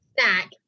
snack